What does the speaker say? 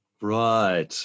right